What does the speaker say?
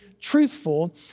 truthful